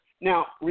Now